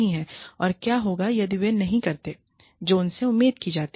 और क्या होगा यदि वे वह नहीं करते हैं जो उनसे उम्मीद की जाती है